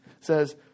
says